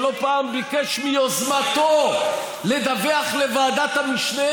שלא פעם ביקש מיוזמתו לדווח לוועדת המשנה,